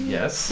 Yes